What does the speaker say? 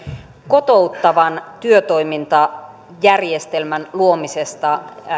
kotouttavan työtoimintajärjestelmän luomisesta